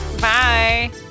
Bye